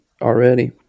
already